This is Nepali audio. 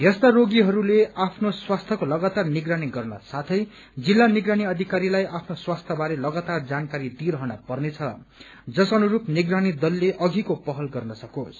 यस्ता रोगीहरूले आफ्नो स्वास्थ्यको लगातार निगरानी गर्न सावै जिल्ला निगरानी अधिकारीलाई आफ्नो स्वास्थ्य बारे लगातार जानकारी दिइरहन पर्नेछ जस अुनरूप निगरानी दलले अधिको पहल गर्न सक्बेस्